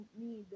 need